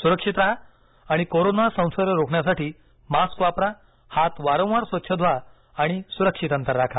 सुक्षित राहा आणि कोरोना संसर्ग रोखण्यासाठी मास्क वापरा हात वारवार स्वच्छ धुवा आणि सुरक्षित अंतर राखा